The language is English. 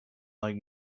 like